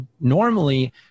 normally